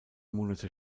monate